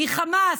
היא חמס,